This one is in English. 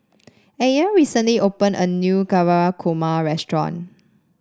Ayden recently opened a new Navratan Korma restaurant